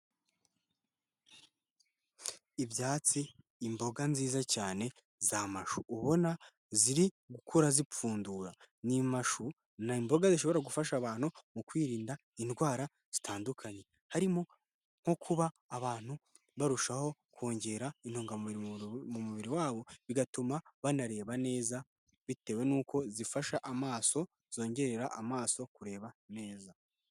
Ibyatsi imboga nziza cyane za mashu ubona ziri gukura zipfundura, ni amashu ni imboga zishobora gufasha abantu mu kwirinda indwara zitandukanye harimo nko kuba abantu barushaho kongera intungamubiri mu mubiri wabo bigatuma banareba neza bitewe n'uko zifasha amaso zongerera amaso kureba neza.